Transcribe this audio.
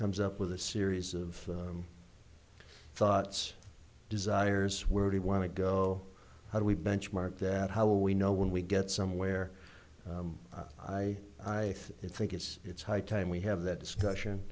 comes up with a series of thoughts desires were the want to go how do we benchmark that how will we know when we get somewhere i i think it's it's high time we have that discussion